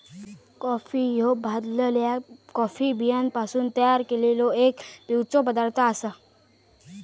coffee ह्यो भाजलल्या coffee बियांपासून तयार केललो एक पिवचो पदार्थ आसा